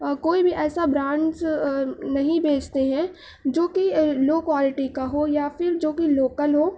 کوئی بھی ایسا برانڈس نہیں بھیجتے ہیں جو کہ لو کوالٹی کا ہو یا پھر جو کہ لوکل ہو